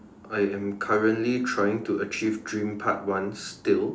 I am currently trying to achieve dream part one still